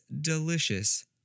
delicious